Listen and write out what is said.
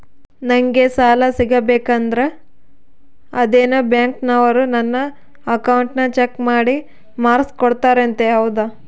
ನಂಗೆ ಸಾಲ ಸಿಗಬೇಕಂದರ ಅದೇನೋ ಬ್ಯಾಂಕನವರು ನನ್ನ ಅಕೌಂಟನ್ನ ಚೆಕ್ ಮಾಡಿ ಮಾರ್ಕ್ಸ್ ಕೋಡ್ತಾರಂತೆ ಹೌದಾ?